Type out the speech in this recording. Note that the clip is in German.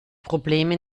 probleme